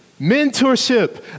mentorship